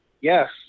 Yes